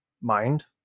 mind